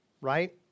right